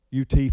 UT